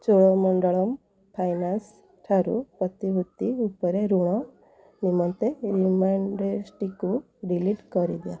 Cholamandalam finance ଠାରୁ ପ୍ରତିଭୂତି ଉପରେ ଋଣ ନିମନ୍ତେ ରିମାଇଣ୍ଡର୍ଟିକୁ ଡିଲିଟ୍ କରିଦିଅ